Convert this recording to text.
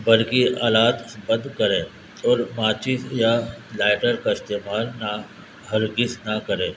برقی آلات بند کریں اور ماچس یا لائٹر کا استعمال نہ ہرگز نہ کریں